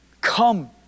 Come